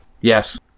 Yes